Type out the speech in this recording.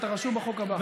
אתה רשום לחוק הבא,